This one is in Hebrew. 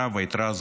והיתרה הזאת,